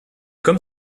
comme